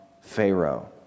Pharaoh